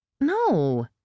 No